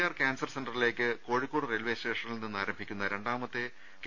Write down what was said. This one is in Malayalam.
ആർ കാൻസർ സെന്ററിലേക്ക് കോഴിക്കോട് റെയിൽവേ സ്റ്റേഷനിൽ നിന്ന് ആരംഭിക്കുന്ന രണ്ടാമത്തെ കെ